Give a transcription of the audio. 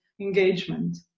engagement